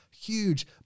Huge